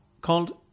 called